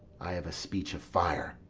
i have a speech of fire,